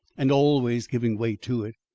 and always giving way to it.